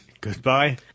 Goodbye